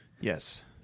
Yes